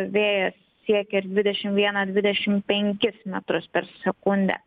vėjas siekia ir dvidešimt vieną dvidešimt penkis metrus per sekundę